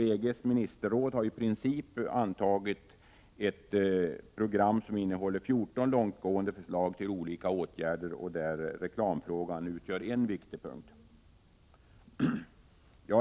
EG:s ministerråd har i princip antagit ett program som innehåller 14 långtgående förslag till olika åtgärder, av vilka reklamfrågan utgör en viktig del.